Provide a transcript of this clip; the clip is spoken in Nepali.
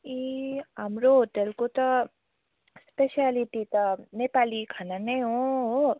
ए हाम्रो होटेलको त स्पेस्यालिटी त नेपाली खाना नै हो हो